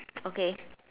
okay